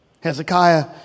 Hezekiah